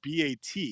BAT